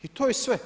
I to je sve.